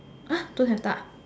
ah don't have duck